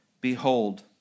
Behold